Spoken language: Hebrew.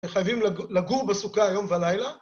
חייבים לגור בסוכה יום ולילה.